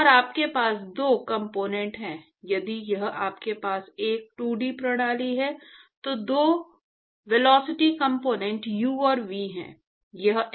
और आपके पास दो कॉम्पोनेन्ट हैं यदि यह आपके पास एक 2D प्रणाली है तो दो वेलोसिटी कॉम्पोनेन्ट u और v हैं